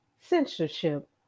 censorship